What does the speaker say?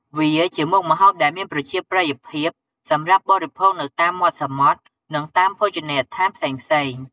វាជាមុខម្ហូបដែលមានប្រជាប្រិយភាពសម្រាប់បរិភោគនៅតាមមាត់សមុទ្រនិងតាមភោជនីយដ្ឋានផ្សេងៗ។